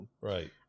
Right